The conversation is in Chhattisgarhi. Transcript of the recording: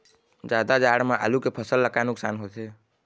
जादा जाड़ा म आलू के फसल ला का नुकसान होथे?